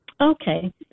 Okay